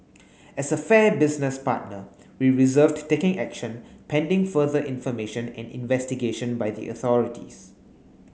as a fair business partner we reserved taking action pending further information and investigation by the authorities